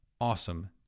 Awesome